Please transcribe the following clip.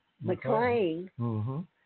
McLean